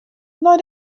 nei